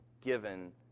given